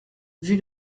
vue